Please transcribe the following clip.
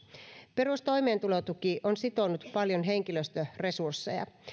perustoimeentulotuki on sitonut paljon henkilöstöresursseja